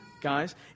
guys